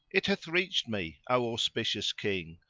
it hath reached me, o auspicious king,